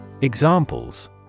Examples